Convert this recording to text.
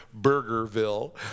Burgerville